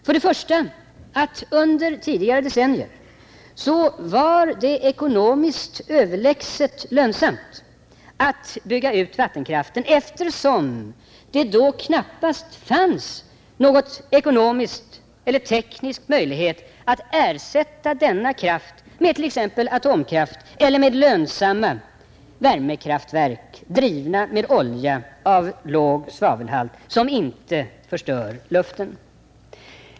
Först och främst var det under tidigare decennier ekonomiskt överlägset lönsamt att bygga ut vattenkraften, eftersom det då knappast fanns någon ekonomisk eller teknisk möjlighet att ersätta denna kraft med t.ex. atomkraft eller med lönsamma värmekraftverk, drivna med olja av låg svavelhalt, som inte förstör luften.